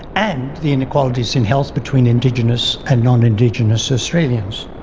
and the inequalities in health between indigenous and non-indigenous australians.